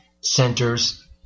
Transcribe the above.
centers